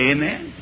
Amen